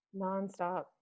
nonstop